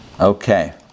Okay